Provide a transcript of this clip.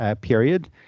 period